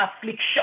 affliction